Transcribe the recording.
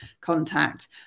contact